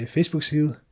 Facebook-side